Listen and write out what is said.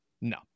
no